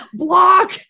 block